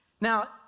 Now